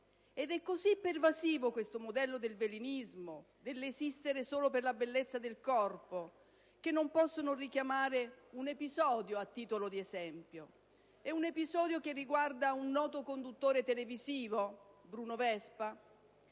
È così pervasivo il modello del velinismo, dell'esistere solo per la bellezza del corpo, che non posso non richiamare a titolo di esempio un episodio che riguarda un noto conduttore televisivo, Bruno Vespa,